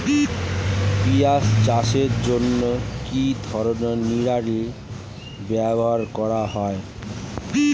পিঁয়াজ চাষের জন্য কি ধরনের নিড়ানি ব্যবহার করা হয়?